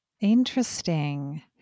Interesting